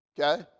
Okay